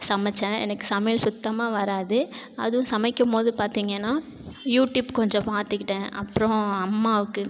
சமைச்சேன் எனக்கு சமையல் சுத்தமாக வராது அதுவும் சமைக்குபோது பார்த்திங்கனா யூட்யூப் கொஞ்சம் பார்த்துக்கிட்டேன் அப்புறம் அம்மாவுக்கு